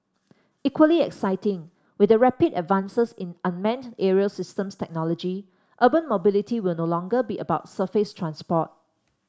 equally exciting with the rapid advances in unmanned aerial systems technology urban mobility will no longer be about surface transport